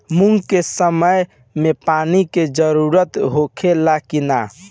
मूंग के समय मे पानी के जरूरत होखे ला कि ना?